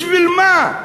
בשביל מה?